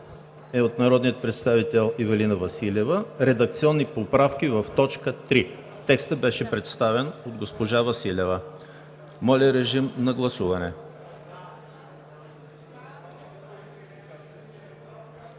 е от народния представител Ивелина Василева – редакционни поправки в т. 3. Текстът беше представен от госпожа Василева. Моля, гласувайте.